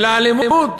של האלימות,